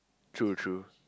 true true